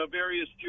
various